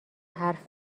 حرف